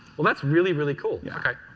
well, that's really, really cool. yeah okay.